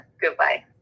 Goodbye